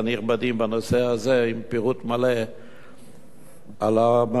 בנושא הזה עם פירוט מלא של המשמעות